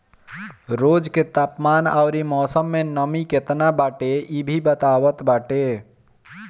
रोज के तापमान अउरी मौसम में नमी केतना बाटे इ भी बतावत बाटे